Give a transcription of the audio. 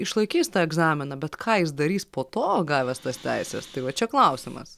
išlaikys tą egzaminą bet ką jis darys po to gavęs tas teises tai va čia klausimas